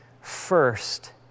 first